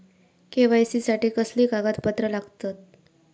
KYC साठी कसली कागदपत्र लागतत?